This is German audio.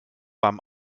beim